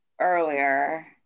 earlier